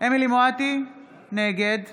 אמילי חיה מואטי, נגד